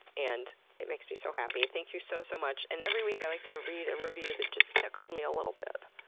and it makes me so happy. thank you so, so much! and every week i like to read a review that just tickled me a little bit.